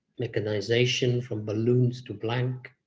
mechanization from balloons to blank,